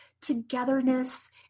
togetherness